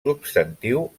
substantiu